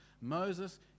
Moses